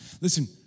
Listen